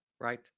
Right